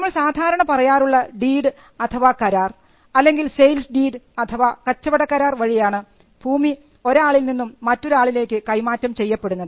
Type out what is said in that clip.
നമ്മൾ സാധാരണ പറയാറുള്ള ഡീഡ് അഥവാ കരാർ അല്ലെങ്കിൽ സെയിൽ ഡീഡ് അഥവാ കച്ചവടക്കരാർ വഴിയാണ് ഭൂമി ഒരാളിൽ നിന്നും മറ്റൊരാളിലേക്ക് കൈമാറ്റം ചെയ്യപ്പെടുന്നത്